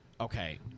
Okay